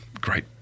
great